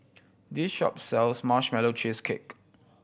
this shop sells Marshmallow Cheesecake